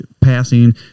passing